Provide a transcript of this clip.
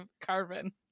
carbon